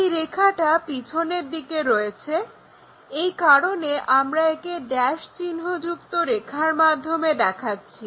এই রেখাটা পিছনের দিকে রয়েছে এই কারণে আমরা একে ড্যাশ চিহ্ন যুক্ত রেখার মাধ্যমে দেখাচ্ছি